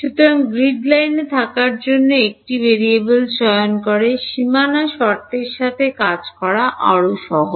সুতরাং গ্রিড লাইনে থাকার জন্য একটি ভেরিয়েবল চয়ন করে সীমানা শর্তের সাথে কাজ করা আরও সহজ